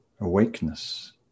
awakeness